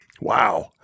Wow